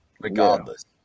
Regardless